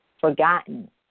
forgotten